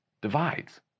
divides